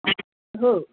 ओहो